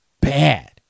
bad